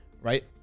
right